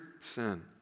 sin